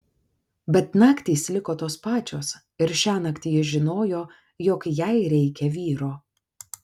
bet naktys liko tos pačios ir šiąnakt ji žinojo jog jai reikia vyro